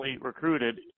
recruited